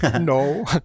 no